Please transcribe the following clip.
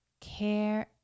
care